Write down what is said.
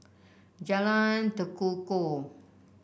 Jalan Tekukor